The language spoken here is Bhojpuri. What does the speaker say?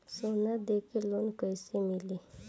सोना दे के लोन कैसे मिली?